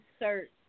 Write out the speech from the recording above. insert